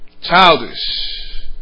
childish